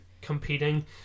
competing